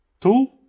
two